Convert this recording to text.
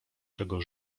czego